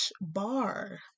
bar